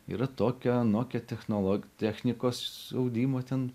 yra tokia anokia technolog technikos audimo ten